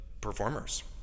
performers